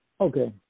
okay